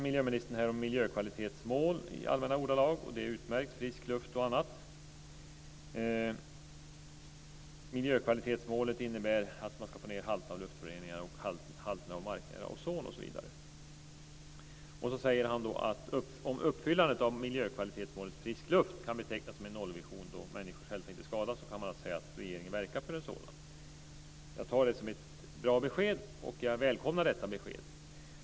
Miljöministern talar om miljökvalitetsmål i allmänna ordalag, och det är utmärkt - frisk luft och annat. Miljökvalitetsmålet innebär att man ska få ned halterna av luftföroreningar, marknära ozon osv. Sedan säger han: Om uppfyllandet av miljökvalitetsmålet frisk luft kan betecknas som en nollvision då människors hälsa inte skadas kan man alltså säga att regeringen verkar för en sådan. Jag tar det som ett bra besked, och jag välkomnar det.